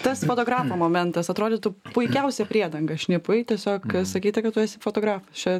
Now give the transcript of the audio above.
tas fotografo momentas atrodytų puikiausia priedanga šnipui tiesiog sakyti kad tu esi fotografas čia